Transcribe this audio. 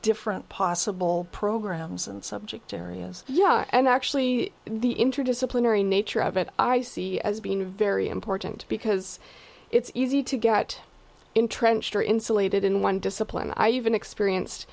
different possible programs and subject areas yeah and actually the interdisciplinary nature of it i see as being very important because it's easy to get entrenched or insulated in one discipline i even experience